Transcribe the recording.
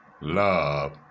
love